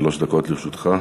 שלוש דקות לרשותך.